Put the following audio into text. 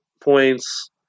points